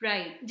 Right